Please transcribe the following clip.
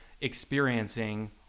experiencing